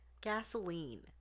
gasoline